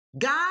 God